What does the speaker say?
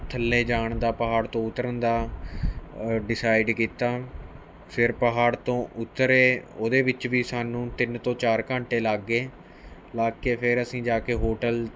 ਥੱਲੇ ਜਾਣ ਦਾ ਪਹਾੜ ਤੋਂ ਉੱਤਰਨ ਦਾ ਡਿਸਾਈਡ ਕੀਤਾ ਫਿਰ ਪਹਾੜ ਤੋਂ ਉੱਤਰੇ ਉਹਦੇ ਵਿੱਚ ਵੀ ਸਾਨੂੰ ਤਿੰਨ ਤੋਂ ਚਾਰ ਘੰਟੇ ਲੱਗ ਗਏ ਲੱਗ ਕੇ ਫਿਰ ਅਸੀਂ ਜਾ ਕੇ ਹੋਟਲ